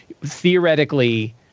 theoretically